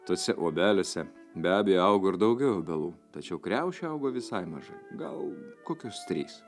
tuose obeliuose be abejo augo ir daugiau obelų tačiau kriaušių augo visai maža gal kokios trys